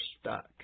stuck